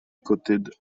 coated